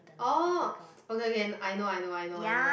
oh okay okay I know I know I know I know